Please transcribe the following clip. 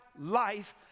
life